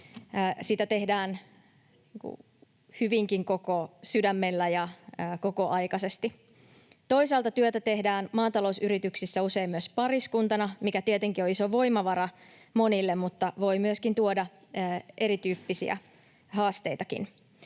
Sitä tehdään hyvinkin koko sydämellä ja kokoaikaisesti. Toisaalta maatalousyrityksissä työtä tehdään usein myös pariskuntana, mikä tietenkin on iso voimavara monille mutta voi tuoda erityyppisiä haasteitakin.